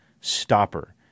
stopper